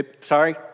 Sorry